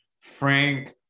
Frank